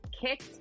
kicked